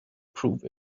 prove